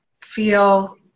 feel